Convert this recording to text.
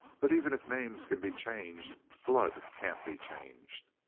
but even if names can be changed, blood can't be changed!